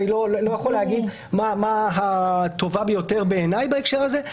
אני לא יכול להגיד מה הטובה ביותר בעיניי בהקשר הזה,